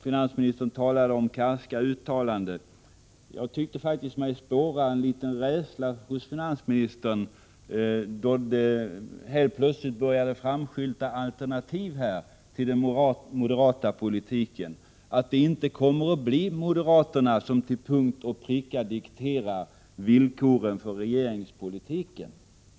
Finansministern talar om karska uttalanden. Jag tyckte mig faktiskt spåra en viss rädsla hos finansministern, då det helt plötsligt började framskymta alternativ till den moderata politiken. Moderaterna kommer inte att till punkt och pricka diktera villkoren för regeringspolitiken.